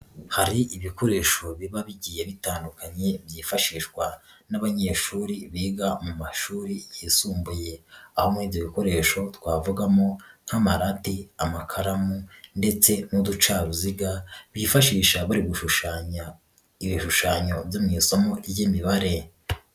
Hari ibikoresho biba bigiye bitandukanye byifashishwa n'abanyeshuri biga mu mashuri yisumbuye, aho muri ibyo bikoresho twavugamo nk'amarati, amakaramu ndetse n'uducaruziga, bifashisha bari gushushanya ibishushanyo byo mu isomo ry'imibare.